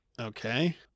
okay